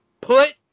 put